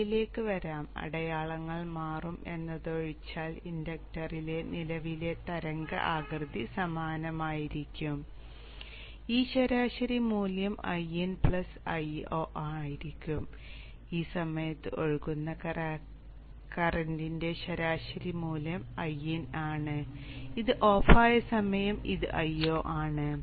കറന്റിലേക്ക് വരാം അടയാളങ്ങൾ മാറും എന്നതൊഴിച്ചാൽ ഇൻഡക്ടറിന്റെ നിലവിലെ തരംഗ ആകൃതി സമാനമായിരിക്കും ഈ ശരാശരി മൂല്യം Iin Io ആയിരിക്കും ഈ സമയത്ത് ഒഴുകുന്ന കറന്റിന്റെ ശരാശരി മൂല്യം Iin ആണ് ഇത് ഓഫായ സമയം ഇത് Io ആണ്